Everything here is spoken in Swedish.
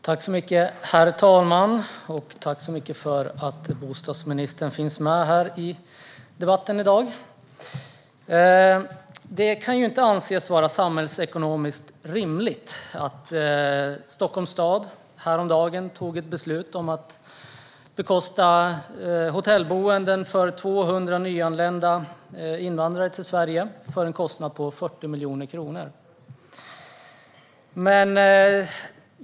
Herr talman! Jag tackar bostadsministern för att han finns med i debatten här i dag. Det kan inte anses samhällsekonomiskt rimligt att Stockholms stad häromdagen beslutade att bekosta hotellboenden för 200 nyanlända invandrare till Sverige till en kostnad på 40 miljoner kronor.